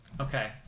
Okay